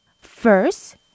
First